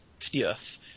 50th